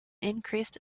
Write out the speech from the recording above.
increased